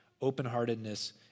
open-heartedness